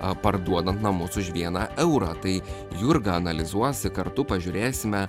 parduodant namus už vieną eurą tai jurga analizuos kartu pažiūrėsime